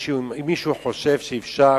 אם מישהו חושב שאפשר